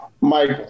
Mike